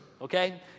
okay